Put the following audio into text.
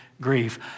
grief